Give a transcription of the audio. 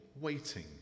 waiting